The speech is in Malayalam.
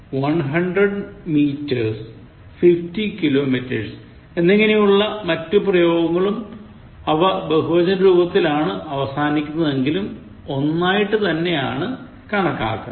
one hundred meters fifty kilograms എന്നിങ്ങനെയുള്ള മറ്റ് പ്രയോഗങ്ങളും അവ ബഹുവചന രൂപത്തിലാണ് അവസാനിക്കുന്നതെങ്കിലും ഒന്നായിട്ടു തന്നെയാണ് കണക്കാക്കുന്നത്